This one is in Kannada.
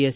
ಎಸ್